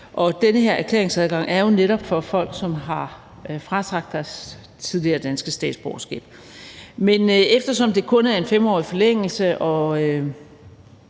Den her erklæringsadgang er jo netop for folk, som har frasagt sig deres tidligere danske statsborgerskab. Men eftersom det kun er en 5-årig forlængelse og